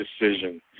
decision